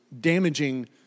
damaging